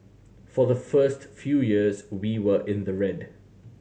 for the first few years we were in the red